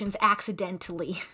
accidentally